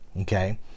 okay